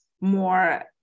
more